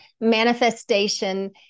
manifestation